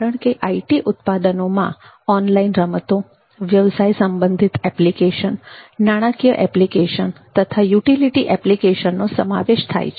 કારણકે આઇટી ઉત્પાદનોમાં ઓનલાઈન રમતો વ્યવસાય સંબંધિત એપ્લિકેશન નાણાકીય એપ્લિકેશન તથા યુટીલીટી એપ્લિકેશન નો સમાવેશ થાય છે